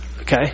Okay